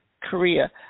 korea